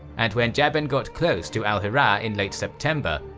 and when jaban got close to al-hirah in late september,